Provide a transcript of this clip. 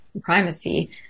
primacy